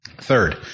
Third